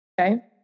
Okay